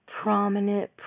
prominent